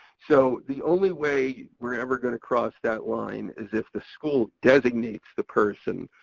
so, the only way we're ever gonna cross that line is if the school designates the person,